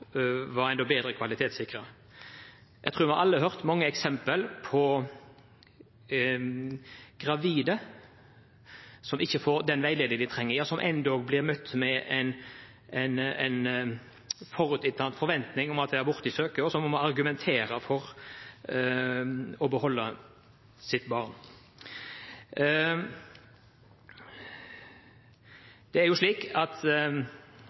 har hørt mange eksempel på gravide som ikke får den veiledningen de trenger, ja som endog blir møtt med en forutinntatt forventning om at de vil søke abort, og så må de argumentere for å beholde sitt barn.